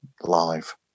live